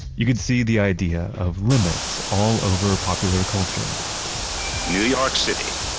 you could see the idea of limits all over popular culture new york city,